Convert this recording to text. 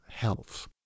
health